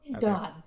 God